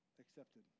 accepted